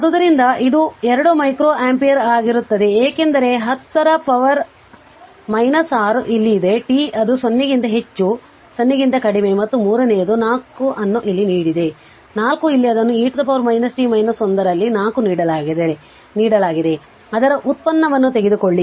ಆದ್ದರಿಂದ ಇದು 2 micro ampere ಆಗಿರುತ್ತದೆ ಏಕೆಂದರೆ 10 ರ ಪವರ್ 6 ಇಲ್ಲಿದೆ t ಅದು 0 ಕ್ಕಿಂತ ಹೆಚ್ಚು 0 ಕ್ಕಿಂತ ಕಡಿಮೆ ಮತ್ತು ಮೂರನೆಯದು 4 ಅನ್ನು ಇಲ್ಲಿ ನೀಡಿದೆ 4 ಇಲ್ಲಿ ಅದನ್ನು e t 1 ರಲ್ಲಿ 4 ನೀಡಲಾಗಿದೆ ಅದರ ವ್ಯುತ್ಪನ್ನವನ್ನು ತೆಗೆದುಕೊಳ್ಳಿ C dvdt